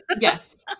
yes